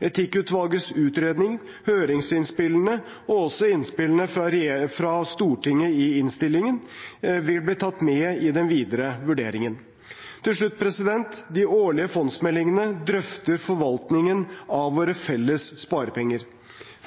Etikkutvalgets utredning, høringsinnspillene og også innspillene fra Stortinget i innstillingen vil bli tatt med i den videre vurderingen. Til slutt: De årlige fondsmeldingene drøfter forvaltningen av våre felles sparepenger.